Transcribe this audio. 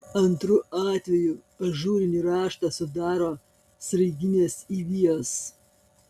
antru atvejų ažūrinį raštą sudaro sraiginės įvijos